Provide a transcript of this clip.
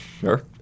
Sure